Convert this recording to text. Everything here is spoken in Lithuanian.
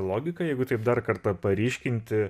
logika jeigu taip dar kartą paryškinti